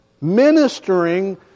ministering